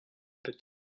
peut